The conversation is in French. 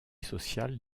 social